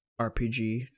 RPG